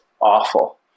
awful